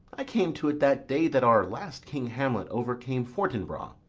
i came to't that day that our last king hamlet overcame fortinbras.